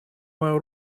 мою